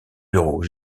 bureau